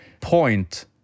point